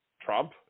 Trump